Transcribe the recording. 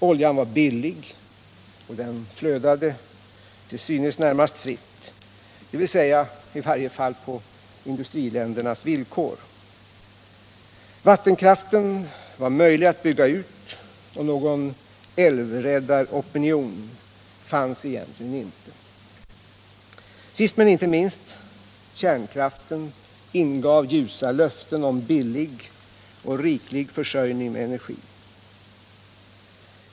Oljan var billig och flödade till synes närmast fritt, dvs. i varje fall på i-ländernas villkor. Vattenkraften var möjlig att bygga ut, och någon älvräddaropinion fanns egentligen inte. Sist men inte minst: Kärnkraften ingav ljusa löften om billig och riklig försörjning med energi.